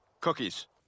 cookies